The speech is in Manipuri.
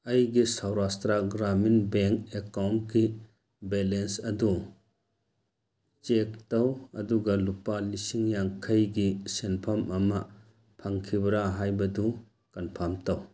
ꯑꯩꯒꯤ ꯁꯧꯔꯥꯁꯇ꯭ꯔꯥ ꯒ꯭ꯔꯥꯃꯤꯟ ꯕꯦꯡ ꯑꯦꯀꯥꯎꯟꯒꯤ ꯕꯦꯂꯦꯟꯁ ꯑꯗꯨ ꯆꯦꯛ ꯇꯧ ꯑꯗꯨꯒ ꯂꯨꯄꯥ ꯂꯤꯁꯤꯡ ꯌꯥꯡꯈꯩꯒꯤ ꯁꯦꯟꯐꯝ ꯑꯃ ꯐꯪꯈꯤꯕ꯭ꯔꯥ ꯍꯥꯏꯕꯗꯨ ꯀꯟꯐꯥꯝ ꯇꯧ